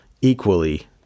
equally